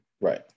Right